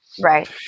Right